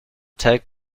take